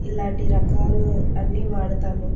ఇలాంటి రకాలు అన్నీ వాడతాము